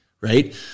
right